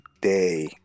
day